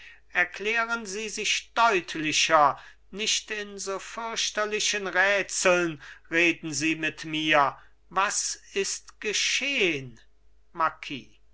erklären sie sich deutlicher nicht in so fürchterlichen rätseln reden sie mit mir was ist geschehn